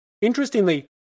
Interestingly